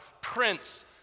Prince